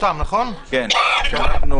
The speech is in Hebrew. אדוני